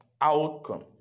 Outcome